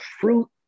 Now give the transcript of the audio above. fruit